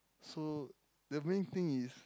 so the main thing is